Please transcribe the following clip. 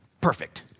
perfect